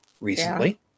recently